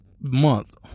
month